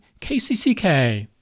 KCCK